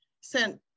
sent